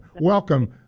Welcome